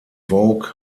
vogue